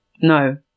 no